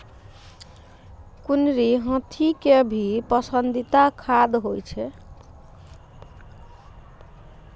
कुनरी हाथी के भी पसंदीदा खाद्य होय छै